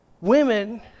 women